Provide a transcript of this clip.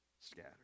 scattered